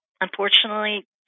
unfortunately